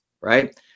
right